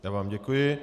Já vám děkuji.